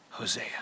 Hosea